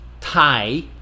Thai